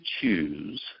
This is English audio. choose